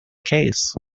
case